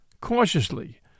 cautiously